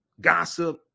gossip